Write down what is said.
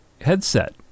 headset